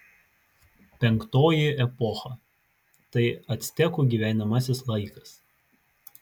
penktoji epocha tai actekų gyvenamasis laikas